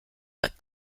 but